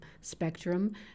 spectrum